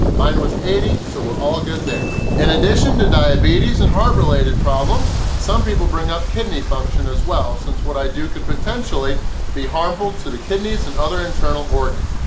mine was eighty, so we're all good there. in addition to diabetes and related problems, some people bring up kidney function as well, since what i do could potentially be harmful to the kidneys and other internal organs.